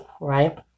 right